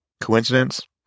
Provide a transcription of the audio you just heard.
Coincidence